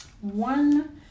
One